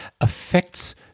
affects